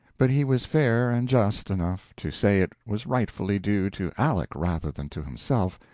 but he was fair and just enough to say it was rightfully due to aleck rather than to himself,